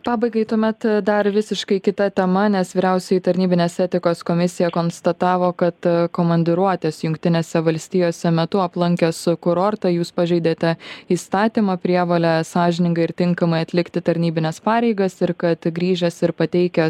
pabaigai tuomet dar visiškai kita tema nes vyriausioji tarnybinės etikos komisija konstatavo kad komandiruotės jungtinėse valstijose metu aplankė su kurortą jūs pažeidėte įstatymo prievolę sąžiningai ir tinkamai atlikti tarnybines pareigas ir kad grįžęs ir pateikęs